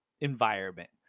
environment